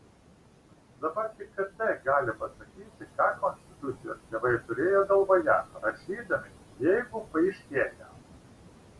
dabar tik kt gali pasakyti ką konstitucijos tėvai turėjo galvoje rašydami jeigu paaiškėja